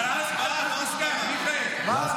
אבל אז, מיכאל, לתת לי, מה?